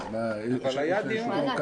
אז למה --- אבל היה דיון.